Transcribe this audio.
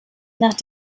nach